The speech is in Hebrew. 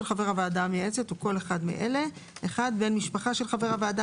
של הוועדה המייעצת כל אחד מאלה: (1) בן משפחה של חבר הוועדה